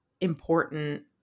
important